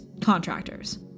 contractors